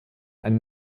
einen